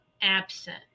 absent